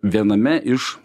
viename iš